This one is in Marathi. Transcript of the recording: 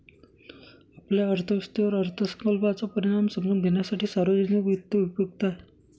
आपल्या अर्थव्यवस्थेवर अर्थसंकल्पाचा परिणाम समजून घेण्यासाठी सार्वजनिक वित्त उपयुक्त आहे